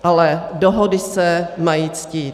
Ale dohody se mají ctít.